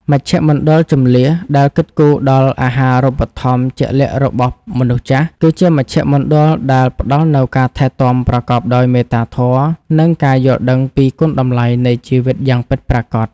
មជ្ឈមណ្ឌលជម្លៀសដែលគិតគូរដល់អាហារូបត្ថម្ភជាក់លាក់របស់មនុស្សចាស់ គឺជាមជ្ឈមណ្ឌលដែលផ្តល់នូវការថែទាំប្រកបដោយមេត្តាធម៌ និងការយល់ដឹងពីគុណតម្លៃនៃជីវិតយ៉ាងពិតប្រាកដ។